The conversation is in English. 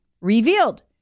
Revealed